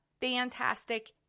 fantastic